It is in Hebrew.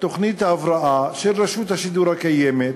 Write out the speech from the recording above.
תוכנית ההבראה של רשות השידור הקיימת.